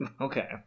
Okay